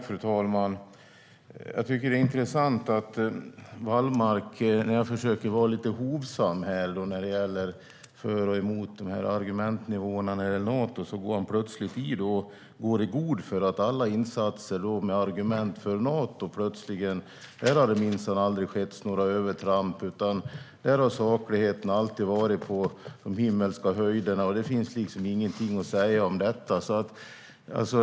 Fru talman! Jag tycker att det är intressant. När jag försöker vara lite hovsam när det gäller argumenten för och emot Nato går Wallmark plötsligt i god för alla insatser med argument för Nato. Här har det minsann aldrig skett några övertramp, utan här har sakligheten alltid varit på de himmelska höjderna. Det finns liksom ingenting att säga om detta.